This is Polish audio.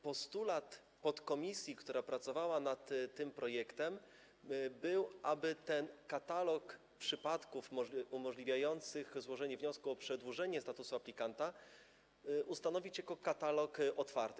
Postulat podkomisji, która pracowała nad tym projektem, był taki, aby ten katalog przypadków umożliwiających złożenie wniosku o przedłużenie statusu aplikanta ustanowić katalogiem otwartym.